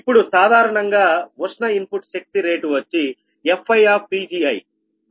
ఇప్పుడు సాధారణంగా ఉష్ణ ఇన్పుట్ శక్తి రేటు వచ్చిFiPgi